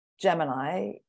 Gemini